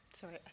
sorry